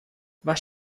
was